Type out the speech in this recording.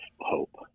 hope